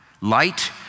light